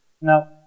Now